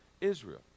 Israel